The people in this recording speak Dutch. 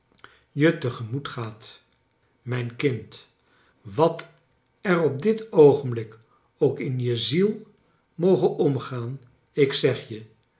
je te gemoet gaat mijn kind wat er op dit oogenblik ook in je ziel moge omgaan ik zeg je